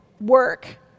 work